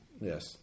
yes